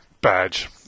badge